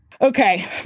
okay